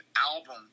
album